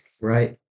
right